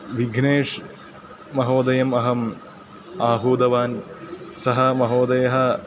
विघ्नेश् महोदयम् अहम् आहूतवान् सः महोदयः